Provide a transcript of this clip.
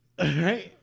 Right